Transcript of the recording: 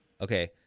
okay